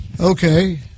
Okay